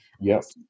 Yes